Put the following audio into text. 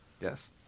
Yes